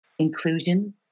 Inclusion